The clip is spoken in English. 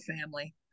family